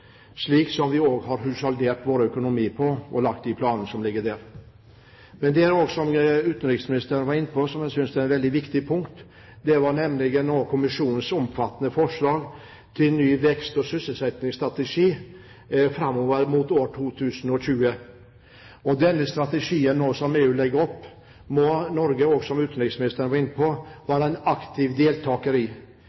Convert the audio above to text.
har husholdert med vår økonomi og de planer vi har lagt. Utenriksministeren var inne på noe som jeg synes er veldig viktig, nemlig kommisjonens omfattende forslag til ny vekst- og sysselsettingsstrategi framover mot år 2020. Denne strategien som EU nå legger, må Norge også, som utenriksministeren var inne på,